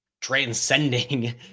transcending